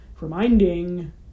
reminding